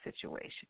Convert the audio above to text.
situation